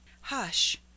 Hush